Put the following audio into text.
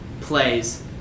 plays